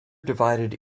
divided